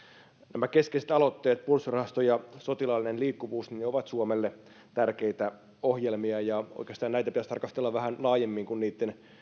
nämä keskeiset aloitteet puolustusrahasto ja sotilaallinen liikkuvuus ovat suomelle tärkeitä ohjelmia ja oikeastaan näitä pitäisi tarkastella vähän laajemmin kuin niitten